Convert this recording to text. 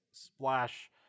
splash